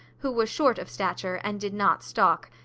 who was short of stature and did not stalk.